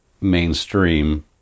mainstream